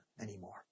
anymore